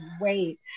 wait